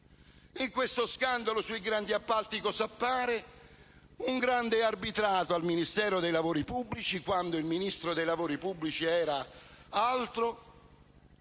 In questo scandalo sui grandi appalti appare un grande arbitrato al Ministero dei lavori pubblici, quando il Ministro era un altro.